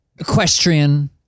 equestrian